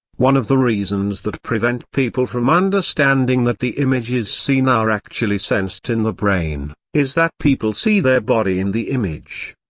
one of the reasons that prevent people from understanding that the images seen are actually sensed in the brain, is that people see their body in the image.